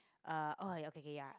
uh okay kay ya